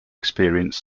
experience